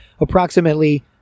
approximately